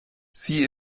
sie